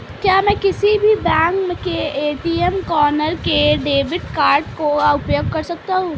क्या मैं किसी भी बैंक के ए.टी.एम काउंटर में डेबिट कार्ड का उपयोग कर सकता हूं?